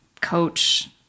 coach